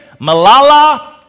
Malala